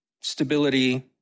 stability